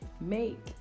Make